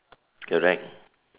correct